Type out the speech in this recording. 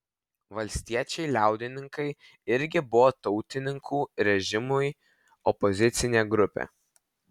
valstiečiai liaudininkai irgi buvo tautininkų režimui opozicinė grupė